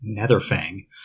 netherfang